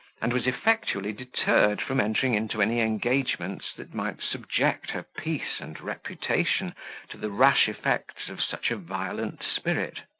and was effectually deterred from entering into any engagements that might subject her peace and reputation to the rash effects of such a violent spirit.